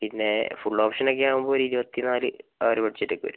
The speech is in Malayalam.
പിന്നെ ഫുള്ള് ഓപ്ഷനൊക്കെ ആകുമ്പോൾ ഒരു ഇരുപത്തിനാല് ആ ഒരു ബഡ്ജറ്റ് ഒക്കെ വരും